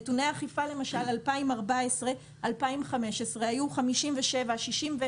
נתוני אכיפה למשל 2015-2014 היו 61 אלף